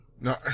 No